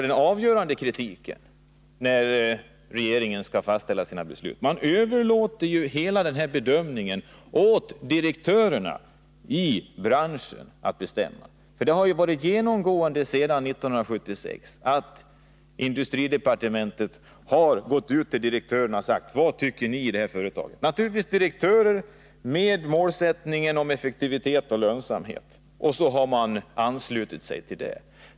Den avgörande kritiken mot regeringens sätt att fatta sina beslut är att man överlåter hela bedömningen åt direktörerna i branschen. Genomgående sedan 1976 har varit att industridepartementet har gått ut till direktörerna och sagt: Vad tycker ni? Direktörer har naturligtvis som målsättning effektivitet och lönsamhet och gör sina ställningstaganden på den grunden. Och så har regeringen anslutit sig till deras uppfattning.